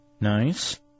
Nice